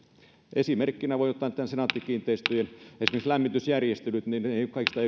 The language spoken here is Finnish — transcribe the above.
esimerkkinä voi ottaa senaatti kiinteistöjen lämmitysjärjestelyt ne eivät ole kaikista